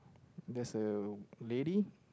that's a lady